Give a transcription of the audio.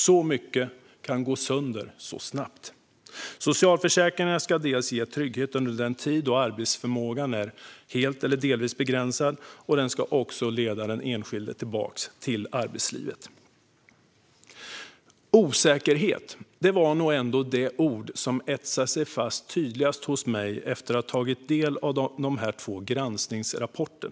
Så mycket kan gå sönder så snabbt. Socialförsäkringarna ska ge trygghet under den tid då arbetsförmågan är helt eller delvis begränsad. Den ska också leda den enskilde tillbaka till arbetslivet. "Osäkerhet" var nog ändå det ord som tydligast etsade sig fast hos mig efter att jag tagit del av dessa två granskningsrapporter.